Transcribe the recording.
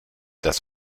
dass